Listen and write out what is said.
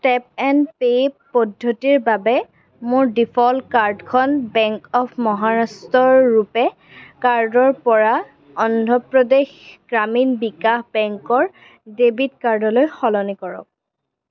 tap and pay পদ্ধতিৰ বাবে মোৰ ডিফ'ল্ট কাৰ্ডখন বেংক অৱ মহাৰাষ্ট্ৰ ৰ ৰুপে' কাৰ্ডৰ পৰা অন্ধ্ৰ প্ৰদেশ গ্ৰামীণ বিকাশ বেংকৰ ডেবিট কাৰ্ডলৈ সলনি কৰক